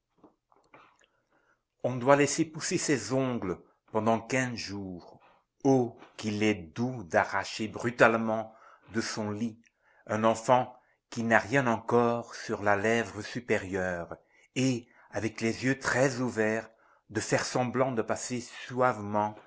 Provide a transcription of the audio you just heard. on doit laisser pousser ses ongles pendant quinze jours oh comme il est doux d'arracher brutalement de son lit un enfant qui n'a rien encore sur la lèvre supérieure et avec les yeux très ouverts de faire semblant de passer